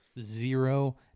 Zero